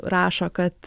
rašo kad